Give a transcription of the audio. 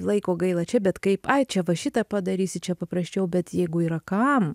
laiko gaila čia bet kaip čia va šitą padarysi čia paprasčiau bet jeigu yra kam